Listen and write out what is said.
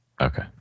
Okay